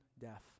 death